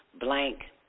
Blank